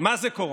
מה זה קורונה.